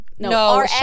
No